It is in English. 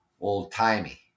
old-timey